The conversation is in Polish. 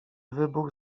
wybuch